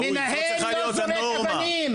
זאת צריכה להיות הנורמה.